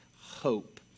hope